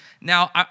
Now